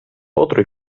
otro